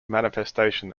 manifestation